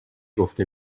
گفته